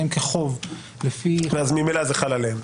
"חוב" לפי --- ואז ממילא זה חל עליהם?